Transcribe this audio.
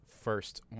first